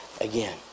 again